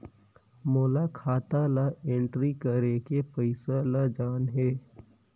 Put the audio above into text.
मोला खाता ला एंट्री करेके पइसा ला जान हे?